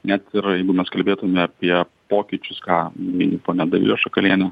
net ir jeigu mes kalbėtume apie pokyčius ką mini ponia dovilė šakalienė